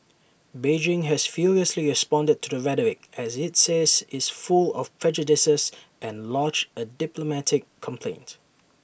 Beijing has furiously responded to the rhetoric as IT says is full of prejudices and lodged A diplomatic complaint